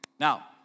Now